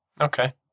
Okay